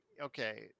Okay